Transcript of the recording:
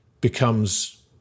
becomes